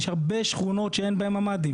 יש הרבה שכונות שאין בהם ממ"דים,